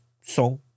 song